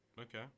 okay